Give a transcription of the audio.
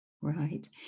right